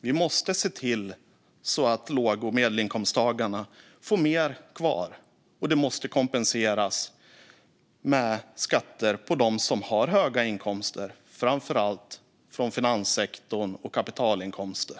Vi måste se till att låg och medelinkomsttagarna får mer kvar, och det måste kompenseras med skatter på dem som har höga inkomster, framför allt från finanssektorn och kapitalinkomster.